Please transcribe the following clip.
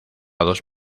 dos